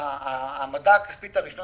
ההעמדה הכספית הראשונה,